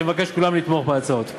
אני מבקש מכולם לתמוך בהצעות.